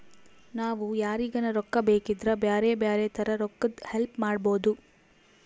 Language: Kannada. ನಾವು ಯಾರಿಗನ ರೊಕ್ಕ ಬೇಕಿದ್ರ ಬ್ಯಾರೆ ಬ್ಯಾರೆ ತರ ರೊಕ್ಕದ್ ಹೆಲ್ಪ್ ಮಾಡ್ಬೋದು